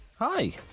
Hi